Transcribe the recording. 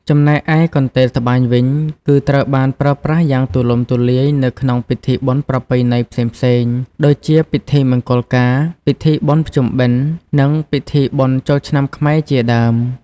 ចំណែកឯកន្ទេលត្បាញវិញ គឺត្រូវបានប្រើប្រាស់យ៉ាងទូលំទូលាយនៅក្នុងពិធីបុណ្យប្រពៃណីផ្សេងៗ ដូចជាពិធីមង្គលការ ពិធីបុណ្យភ្ជុំបិណ្ឌ និងពិធីបុណ្យចូលឆ្នាំខ្មែរជាដើម។